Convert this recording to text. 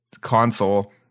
Console